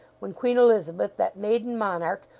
when queen elizabeth, that maiden monarch,